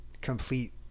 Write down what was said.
complete